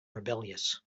rebellious